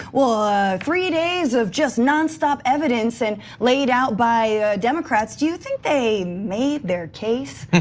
ah three days of just non-stop evidence and laid out by democrats. do you think they made their case?